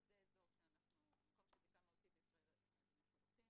שינוי אחד שעשינו מחקנו את דרישת ההודעה בכתב.